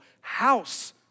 house